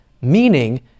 meaning